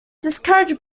discouraged